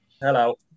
Hello